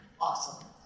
Awesome